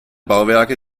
bauwerke